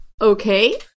Okay